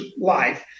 life